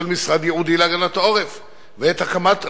משרד ייעודי להגנת העורף ואת הקמת רח"ל,